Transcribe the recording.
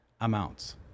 amounts